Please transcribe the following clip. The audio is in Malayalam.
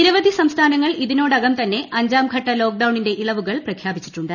നിരവധി സംസ്ഥാനങ്ങൾ ഇതിനോടകം തന്നെ അഞ്ചാംഘട്ട ലോക്ഡൌണിന്റെ ഇളവുകൾ പ്രഖ്യാപിച്ചിട്ടുണ്ട്